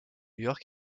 york